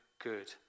good